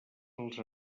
els